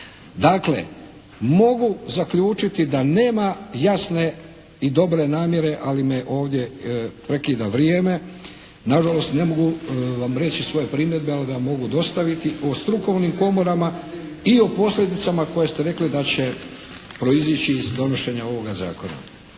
Dakle, mogu zaključiti da nema jasne i dobre namjere ali me ovdje prekida vrijeme, nažalost ne mogu vam reći svoje primjedbe ali ih mogu dostaviti o strukovnim komorama i o posljedicama koje ste rekli da će proizići iz donošenja ovoga zakona.